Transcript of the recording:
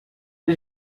did